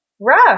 rough